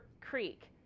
creek